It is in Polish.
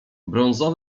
brązo